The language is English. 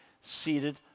seated